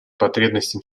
потребностям